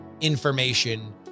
information